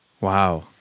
Wow